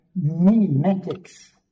mimetics